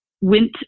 went